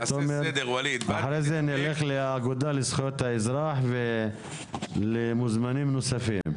לאחר מכן נשמע את האגודה לזכויות האזרח ומוזמנים נוספים.